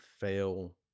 fail